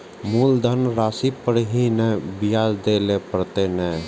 मुलधन राशि पर ही नै ब्याज दै लै परतें ने?